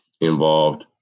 involved